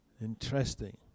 Interesting